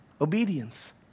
Obedience